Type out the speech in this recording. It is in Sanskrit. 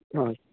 हा